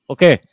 Okay